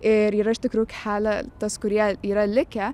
ir yra iš tikrųjų keletas kurie yra likę